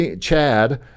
Chad